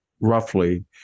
roughly